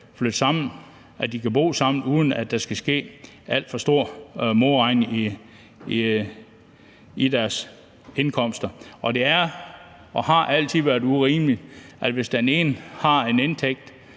flytte sammen, altså at de kan bo sammen, uden at der skal ske alt for stor modregning i deres indkomster. Det er og har altid været urimeligt, at det straks skal